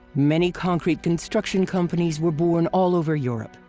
many concrete construction companies were born all over europe.